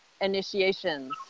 initiations